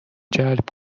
جلب